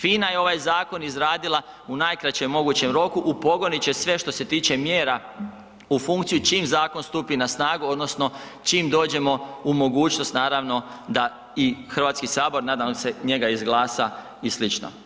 FINA je ovaj zakon izradila u najkraćem mogućem roku, upogonit će sve što se tiče mjera u funkciju čim zakon stupi na snagu odnosno čim dođemo u mogućnost naravno da i Hrvatski sabor nadam se njega izglasa i sl.